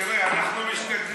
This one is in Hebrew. תראי, אנחנו משתדלים,